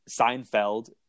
Seinfeld